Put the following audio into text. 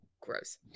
Gross